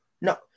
no